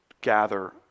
gather